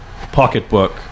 pocketbook